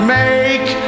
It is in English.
make